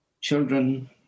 children